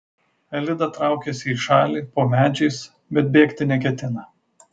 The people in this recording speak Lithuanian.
elida traukiasi į šalį po medžiais bet bėgti neketina